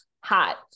hot